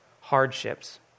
hardships